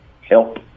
help